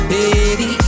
Baby